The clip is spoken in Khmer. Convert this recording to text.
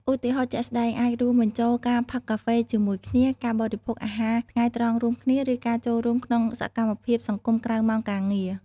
ឧទាហរណ៍ជាក់ស្តែងអាចរួមបញ្ចូលការផឹកកាហ្វេជាមួយគ្នា ការបរិភោគអាហារថ្ងៃត្រង់រួមគ្នា ឬការចូលរួមក្នុងសកម្មភាពសង្គមក្រៅម៉ោងការងារ។